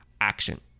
action